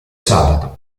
sabato